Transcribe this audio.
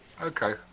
Okay